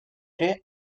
ere